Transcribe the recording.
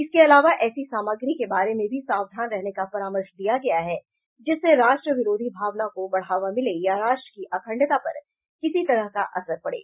इसके अलावा ऐसी सामग्री के बारे में भी सावधान रहने का परामर्श दिया गया है जिससे राष्ट्र विरोधी भावना को बढ़ावा मिले या राष्ट्र की अखण्डता पर किसी तरह का असर पड़े